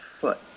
foot